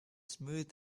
smooth